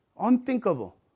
Unthinkable